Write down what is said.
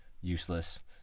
Useless